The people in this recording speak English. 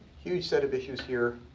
huge set of issues here,